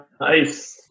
Nice